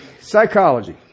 psychology